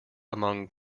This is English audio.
among